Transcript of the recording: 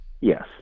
Yes